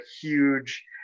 huge